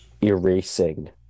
erasing